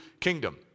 kingdom